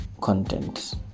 content